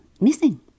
missing